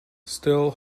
still